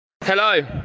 Hello